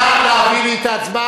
נא להביא לי את ההצבעה.